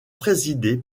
présidée